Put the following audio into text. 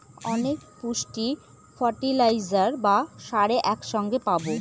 অনেক পুষ্টি ফার্টিলাইজার বা সারে এক সঙ্গে পাবো